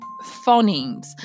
phonemes